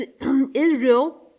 Israel